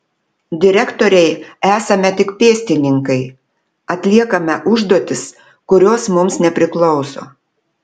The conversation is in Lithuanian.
direktorei esame tik pėstininkai atliekame užduotis kurios mums nepriklauso